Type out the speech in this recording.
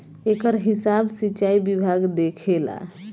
एकर हिसाब सिचाई विभाग देखेला